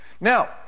Now